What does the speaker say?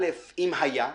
א', אם היה,